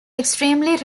extremely